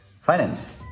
finance